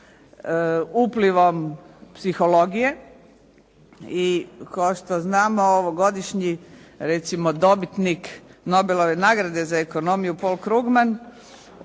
uplivom psihologije i kao što znamo ovogodišnji recimo dobitnik Nobelove nagrade za ekonomiju Paul Krugman